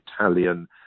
Italian